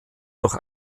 durch